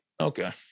Okay